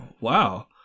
Wow